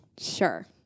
Sure